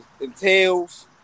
entails